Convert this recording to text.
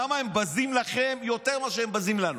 למה הם בזים לכם יותר מאשר הם בזים לנו?